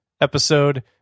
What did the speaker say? episode